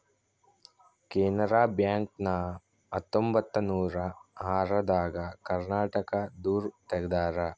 Canara bank ನ ಹತ್ತೊಂಬತ್ತನೂರ ಆರ ದಾಗ ಕರ್ನಾಟಕ ದೂರು ತೆಗ್ದಾರ